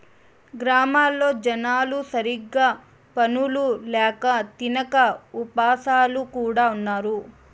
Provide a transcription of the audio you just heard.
గ్రామాల్లో జనాలు సరిగ్గా పనులు ల్యాక తినక ఉపాసాలు కూడా ఉన్నారు